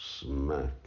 Smack